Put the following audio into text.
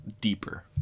deeper